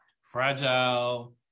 fragile